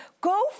go